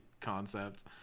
concept